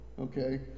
okay